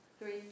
Three